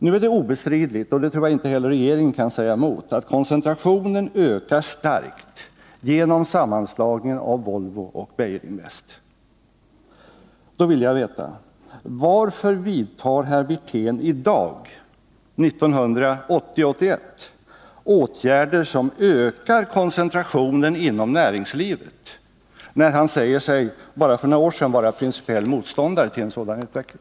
Nu är det obestridligt — och det tror jag att inte heller regeringen kan förneka — att koncentrationen ökar starkt genom sammanslagningen av Volvo och Beijerinvest. Jag vill därför veta varför herr Wirtén 1980/81 vidtar åtgärder som ökar koncentrationen inom näringslivet när han för bara några år sedan sade sig vara motståndare till en sådan utveckling.